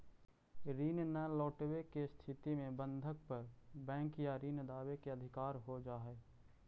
ऋण न लौटवे के स्थिति में बंधक पर बैंक या ऋण दावे के अधिकार हो जा हई